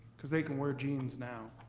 cause they can wear jeans now.